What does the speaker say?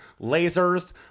lasers